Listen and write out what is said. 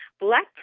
black